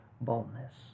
boldness